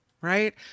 right